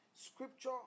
Scripture